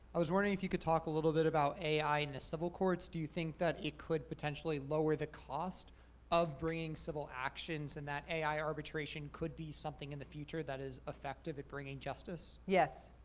i was wondering if you could talk a little bit about ai in the civil courts. do you think it could potentially lower the cost of bringing civil actions? and that ai arbitration could be something in the future that is effective at bringing justice? yes.